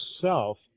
self